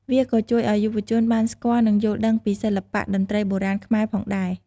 វាក៏ជួយឲ្យយុវជនបានស្គាល់ និងយល់ដឹងពីសិល្បៈតន្ត្រីបុរាណខ្មែរផងដែរ។